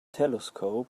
telescope